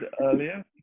earlier